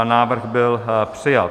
Návrh byl přijat.